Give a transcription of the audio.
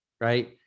right